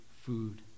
food